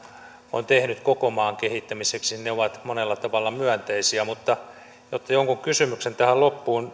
on tehnyt koko maan kehittämiseksi ovat monella tavalla myönteisiä mutta jotta jonkun kysymyksen tähän loppuun